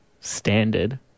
standard